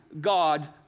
God